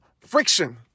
friction